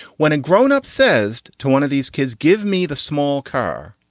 when a grown-up says to one of these kids, give me the small car,